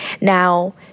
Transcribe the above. Now